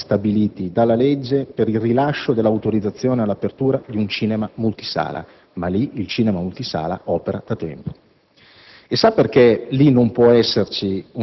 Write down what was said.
e quindi l'assenza dei presupposti stabiliti dalla legge per il rilascio dell'autorizzazione all'apertura di un cinema multisala, ma lì il cinema multisala opera da tempo.